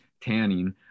tanning